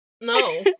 No